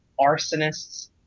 arsonists